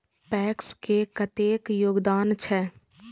PACS के कतेक योगदान छै?